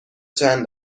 چند